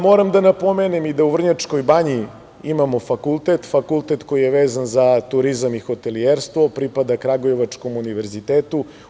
Moram da napomenem i da u Vrnjačkoj banji imamo fakultet, fakultet koji je vezan za turizam i hotelijerstvo, pripada kragujevačkom univerzitetu.